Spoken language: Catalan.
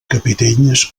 capitells